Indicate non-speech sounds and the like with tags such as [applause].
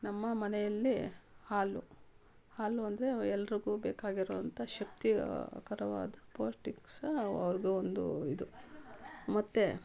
ನಮ್ಮ ಮನೆಯಲ್ಲಿ ಹಾಲು ಹಾಲು ಅಂದರೆ ಎಲ್ರಿಗೂ ಬೇಕಾಗಿರೋ ಅಂಥ ಶಕ್ತಿ ಕರವಾದ ಪೌಷ್ಠಿಕ ಸಹ [unintelligible] ಒಂದು ಇದು ಮತ್ತು